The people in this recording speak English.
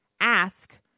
ask